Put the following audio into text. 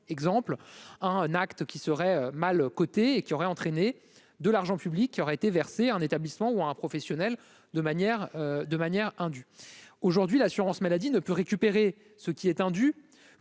exemple, un acte qui serait mal côté et qui aurait entraîné de l'argent public qui auraient été un établissement ou un professionnel de manière de manière indue aujourd'hui l'assurance maladie ne peut récupérer ce qui est étendu